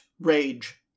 rage